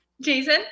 Jason